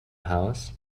house